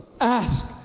Ask